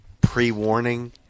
pre-warning